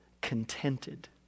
contented